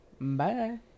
Bye